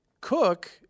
Cook